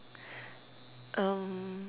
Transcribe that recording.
um